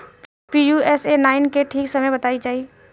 Pusa nine के ठीक समय बताई जाई?